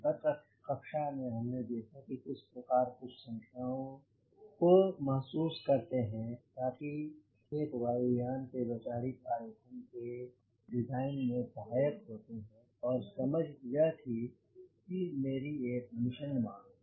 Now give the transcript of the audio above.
गत कक्षा में हमने देखा किस प्रकार कुछ संख्याओं की महसूस करते हैं ताकि ये एक वायु यान के वैचारिक आरेखन के डिज़ाइन में सहायक होते हैं और समझ यह थी कि मेरी एक मिशन मांग है